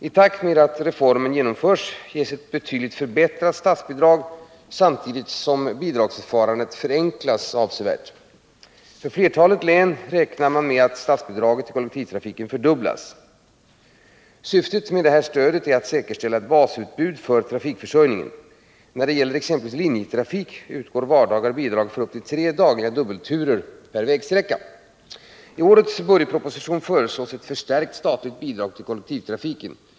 I takt med att reformen genomförs ges ett betydligt förbättrat statsbidrag samtidigt som bidragsförfarandet avsevärt förenklas. För flertalet län räknar man med att statsbidraget till kollektivtrafiken fördubblas. Syftet med detta stöd är att säkerställa ett basutbud för trafikförsörjningen. När det gäller exempelvis linjetrafik utgår vardagar bidrag för upp till tre dagliga dubbelturer per vägsträcka. I årets budgetproposition föreslås ett förstärkt statligt bidrag till kollektivtrafiken.